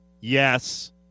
Yes